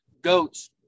goats